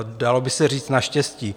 Dalo by se říct naštěstí.